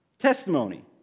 Testimony